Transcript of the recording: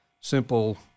simple